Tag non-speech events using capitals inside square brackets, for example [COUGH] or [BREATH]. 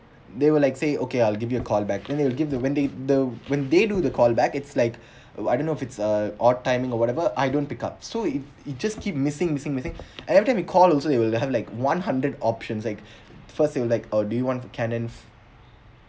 they will like say okay I'll give you a call back then they will give the when they the when they do the call back it's like [BREATH] oh I don't know it's a odd time or whatever I don't pick up so it it just keep missing missing missing [BREATH] and after I call it also like they will have like one hundred options like [BREATH] first it will like uh do you want for canons